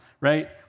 right